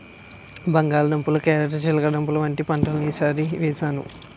బంగాళ దుంపలు, క్యారేట్ చిలకడదుంపలు వంటి పంటలను ఈ సారి వేసాను